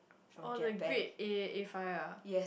oh the grade A A five ah